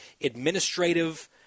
administrative